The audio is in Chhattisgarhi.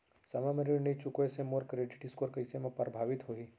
समय म ऋण नई चुकोय से मोर क्रेडिट स्कोर कइसे म प्रभावित होही?